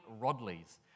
Rodleys